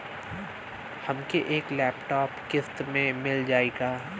हमके एक लैपटॉप किस्त मे मिल जाई का?